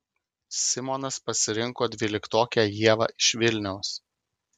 simonas pasirinko dvyliktokę ievą iš vilniaus